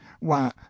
Why